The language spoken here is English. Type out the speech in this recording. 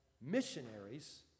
missionaries